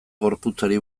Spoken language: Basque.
gorputzari